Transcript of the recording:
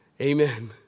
Amen